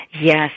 Yes